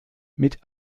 mit